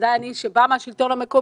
ודאי אני שבאה מהשלטון המקומי,